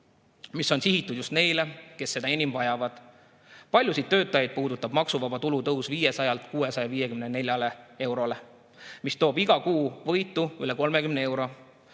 mis on sihitud just neile, kes seda enim vajavad. Paljusid töötajaid puudutab maksuvaba tulu tõus 500-lt 654 eurole, mis toob iga kuu võitu üle 30 euro.